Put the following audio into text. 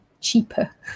cheaper